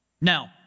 Now